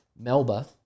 Melba